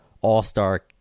all-star